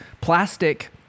plastic